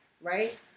Right